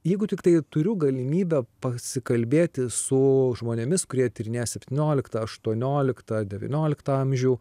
jeigu tiktai turiu galimybę pasikalbėti su žmonėmis kurie tyrinėja septynioliktą aštuonioliktą devynioliktą amžių